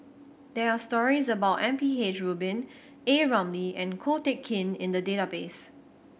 there are stories about M P H Rubin A Ramli and Ko Teck Kin in the database